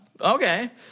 Okay